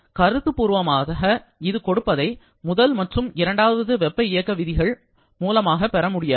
கருத்து பூர்வமாக இது கொடுப்பதை முதல் மற்றும் இரண்டாவது வெப்ப இயக்கவியல் விதிகள் மூலமாக பெறமுடியாது